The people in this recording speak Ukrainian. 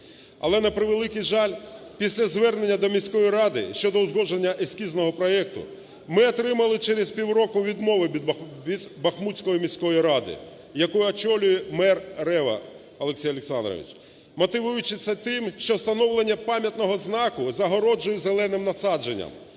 Але, на превеликий жаль, після звернення до міської ради щодо узгодження ескізного проекту ми отримали через півроку відмову від Бахмутської міської ради, яку очолює мер Рева Олексій Олександрович, мотивуючи це тим, що встановлення пам'ятного знак загороджує зеленим насадженням,